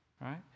right